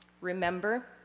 remember